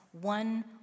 one